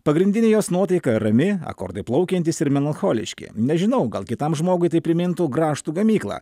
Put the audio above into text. pagrindinė jos nuotaika rami akordai plaukiantys ir melancholiški nežinau gal kitam žmogui tai primintų grąžtų gamyklą